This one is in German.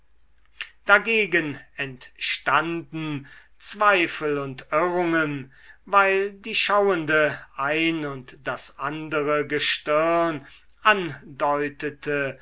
dagegen entstanden zweifel und irrungen weil die schauende ein und das andere gestirn andeutete